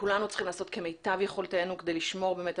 וכולנו צריכים לעשות כמיטב יכולתנו כדי לשמור על